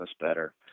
better